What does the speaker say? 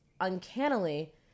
uncannily